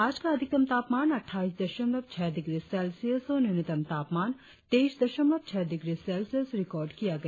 आज का अधिकतम तापमान छब्बीस दशमलव पांच डिग्री सेल्सियस और न्यूनतम तापमान तेईस दशमलव आठ डिग्री सेल्सियस रिकार्ड किया गया